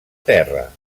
terra